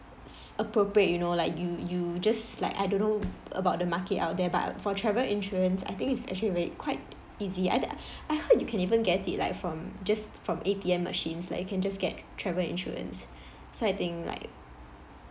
it's appropriate you know like you you just like I don't know about the market out there but for travel insurance I think it's actually very quite easy I think I heard you can even get it like from just from A_T_M machines like you can just get travel insurance so I think like